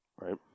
Right